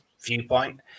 viewpoint